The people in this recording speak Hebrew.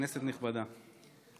כנסת נכבדה,